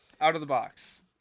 out-of-the-box